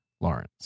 Lawrence